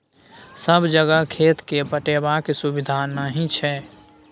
सब जगह खेत केँ पटेबाक सुबिधा नहि छै